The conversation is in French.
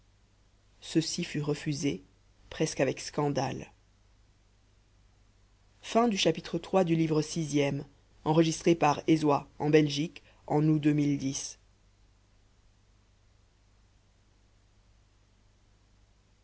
ceci fut refusé presque avec scandale